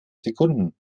sekunden